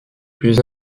plus